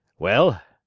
well,